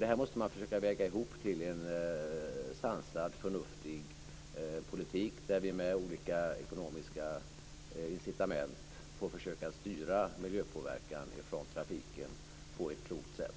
Det här måste vi försöka väga ihop till en sansad, förnuftig politik där vi med olika ekonomiska incitament får försöka styra miljöpåverkan från trafiken på ett klokt sätt.